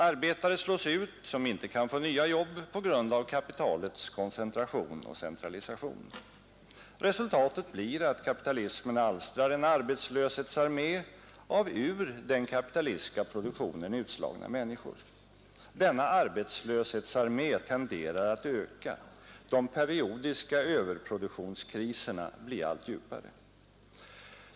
Arbetare slås ut som inte kan få nya jobb på grund av kapitalets koncentration och centralisation. Resultatet blir att kapitalismen alstrar en arbetslöshetsarmé av ur den kapitalistiska produktionen utslagna människor. Denna arbetslöshetsarmé tenderar att öka. De periodiska överproduktionskriserna blir allt djupare.